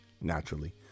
naturally